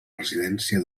residència